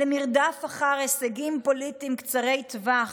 למרדף אחר הישגים פוליטיים קצרי טווח